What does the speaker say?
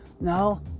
No